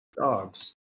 dogs